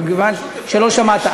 אבל מכיוון שלא שמעת,